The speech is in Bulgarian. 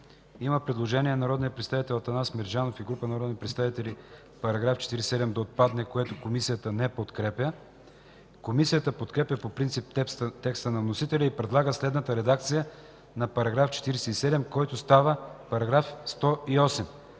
Има предложение на народния представител Атанас Мерджанов и група народни представители § 47 да отпадне, което Комисията не подкрепя. Комисията подкрепя по принцип текста на вносителя и предлага следната редакция на § 47, който става § 108: